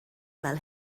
fel